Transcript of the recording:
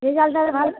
result তাহলে ভালো